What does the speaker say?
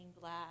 glass